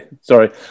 Sorry